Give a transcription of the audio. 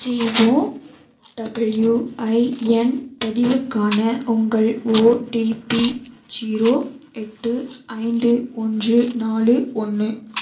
C O W I N பதிவுக்கான உங்கள் OTP zero எட்டு ஐந்து ஒன்று நாலு ஒன்று